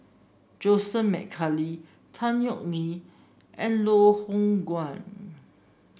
Joseph McNally Tan Yeok Nee and Loh Hoong Kwan